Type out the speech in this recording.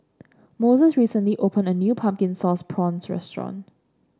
Moses recently opened a new Pumpkin Sauce Prawns restaurant